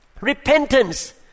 Repentance